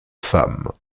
femmes